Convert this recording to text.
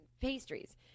pastries